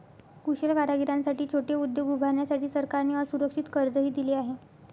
कुशल कारागिरांसाठी छोटे उद्योग उभारण्यासाठी सरकारने असुरक्षित कर्जही दिले आहे